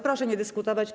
Proszę nie dyskutować.